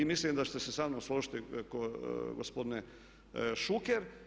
Mislim da ćete se sa mnom složiti gospodine Šuker.